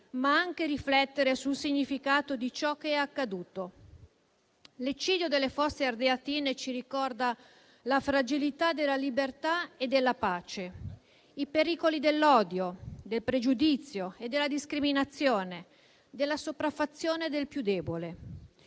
ma anche riflettere sul significato di ciò che è accaduto. L'eccidio delle Fosse Ardeatine ci ricorda la fragilità della libertà e della pace, i pericoli dell'odio, del pregiudizio e della discriminazione, della sopraffazione del più debole.